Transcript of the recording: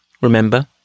remember